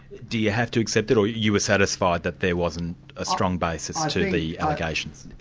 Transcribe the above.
do you have to accept it, or you were satisfied that there wasn't a strong basis ah to the allegations?